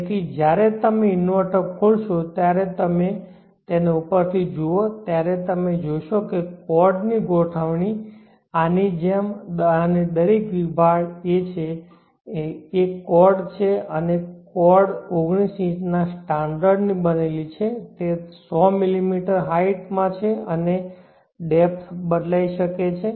તેથી જ્યારે તમે ઇન્વર્ટર ખોલશો જ્યારે તમે તેને ઉપરથી જુઓ ત્યારે તમે જોશો કે કોર્ડ ની ગોઠવણી આની જેમ અને દરેક વિભાગ એ છે એક કોર્ડ છે અને કોર્ડ 19 ઇંચના સ્ટાન્ડર્ડ ની બનેલી છે તે 100 mm હાઈટ માં છે અને ડેપ્થ બદલાઈ શકે છે